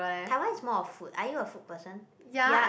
Taiwan is more of food are you a food person ya